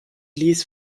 ließ